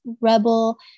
Rebel